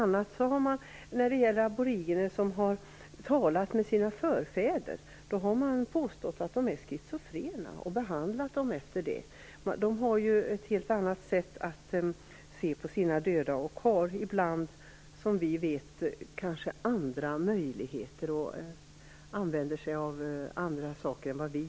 När aboriginer har talat med sina förfäder har man påstått att de är schizofrena och behandlat dem därefter. De har ett helt annat sätt att se på sina döda och använder sig ibland, som vi vet, av andra saker än vi.